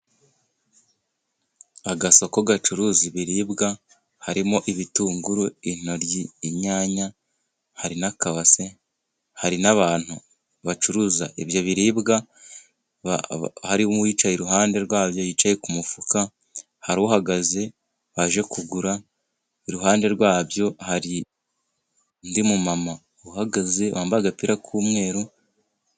Agasoko gacuruza ibiribwa harimo ibitunguru, intoryi, inyanya hari n'akabase, hari n'abantu bacuruza ibyo biribwa, harimo uwicaye iruhande rwabyo wicaye ku mufuka, hari uhagaze waje kugura, iruhande rwabyo hari undi mu mumama uhagaze wambaye agapira k'umweru.